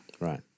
Right